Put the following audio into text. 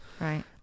right